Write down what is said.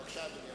בבקשה, אדוני.